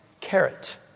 carrot